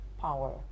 power